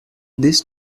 this